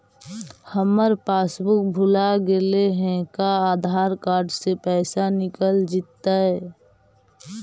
हमर पासबुक भुला गेले हे का आधार कार्ड से पैसा निकल जितै?